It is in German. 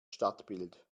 stadtbild